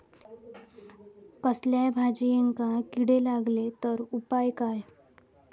कसल्याय भाजायेंका किडे लागले तर उपाय काय?